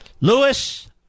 Lewis